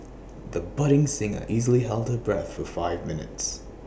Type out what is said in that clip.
the budding singer easily held her breath for five minutes